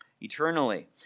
Eternally